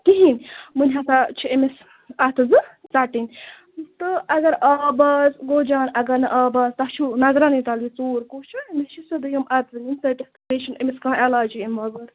کِہیٖنٛۍ وۅنۍ ہسا چھِ أمِس اَتھٕ زٕ ژَٹنۍ تہٕ اَگر آب آس گوٚو جان تہٕ اَگر نہٕ آب آس تۄہہِ چھُو نَظرَنٕے تَل یہِ ژوٗر کُس چھُ أمِس چھِ سیوٚدُے یِم اَتھٕ زٕ نِنۍ ژٔٹِتھ بیٚیہِ چھُنہٕ أمِس کانٛہہ علاجے اَمہِ بغٲر